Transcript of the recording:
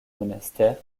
monastère